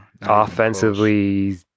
offensively